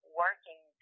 working